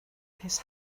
his